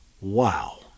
wow